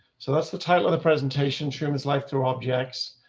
so that's the title of the presentation term is life through objects.